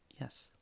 yes